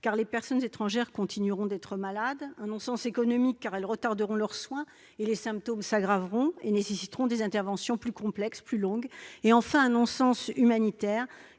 car les personnes étrangères continueront d'être malades, un non-sens économique, car elles retarderont leurs soins et les symptômes s'aggraveront et nécessiteront des interventions plus complexes et plus longues, et enfin un non-sens humanitaire,